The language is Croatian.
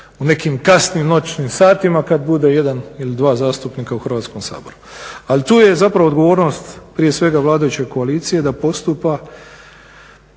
u nekim kasnim noćnim satima kada bude jedan ili dva zastupnika u Hrvatskom saboru. Ali tu je zapravo odgovornost prije svega vladajuće koalicije da postupa